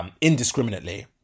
indiscriminately